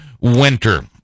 winter